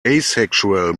asexual